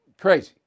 Crazy